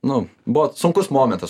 nu buvo sunkus momentas